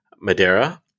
Madeira